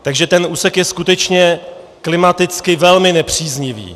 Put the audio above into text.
Takže ten úsek je skutečně klimaticky velmi nepříznivý.